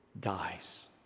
dies